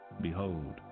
Behold